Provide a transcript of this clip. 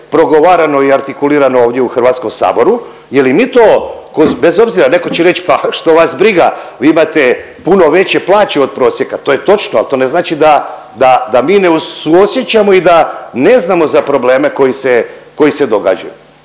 progovarano i artikulirano ovdje u Hrvatskom saboru jer i mi to bez obzira, netko će reć pa što vas briga vi imate puno veće plaće od prosjeka. To je točno ali to ne znači da, da, da mi ne suosjećamo i da ne znamo za probleme koji se, koji